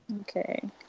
Okay